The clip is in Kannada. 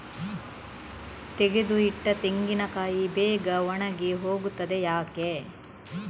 ತೆಗೆದು ಇಟ್ಟ ತೆಂಗಿನಕಾಯಿ ಬೇಗ ಒಣಗಿ ಹೋಗುತ್ತದೆ ಯಾಕೆ?